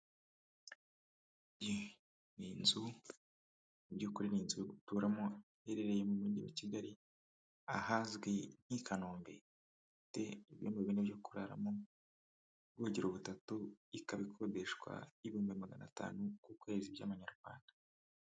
Iyi ni inzu mu by'ukuri ni inzu yo guturamo iherereye mu mujyi wa Kigali ahazwi nk'i Kanombe, ifite ibyumba bine byo kuraramo, ubwogera butatu, ikaba ikodeshwa ibihumbi magana atanu ku kwezi by'amanyarwanda.